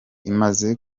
imaze